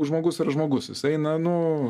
žmogus yra žmogus jis eina nu